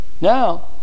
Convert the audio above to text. Now